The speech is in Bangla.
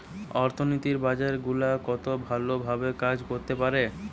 অর্থনীতির বাজার গুলা কত ভালো ভাবে কাজ করতে পারে